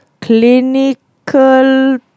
clinical